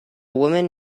woman